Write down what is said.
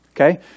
Okay